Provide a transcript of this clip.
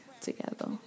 together